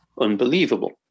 unbelievable